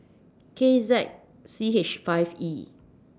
K Z C H five E